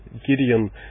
Gideon